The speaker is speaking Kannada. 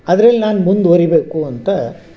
ಅದ್ರಲ್ಲಿ ನಾನು ಮುಂದುವರಿಬೇಕು ಅಂತ